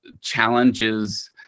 challenges